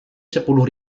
sepuluh